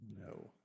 No